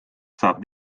saab